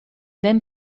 den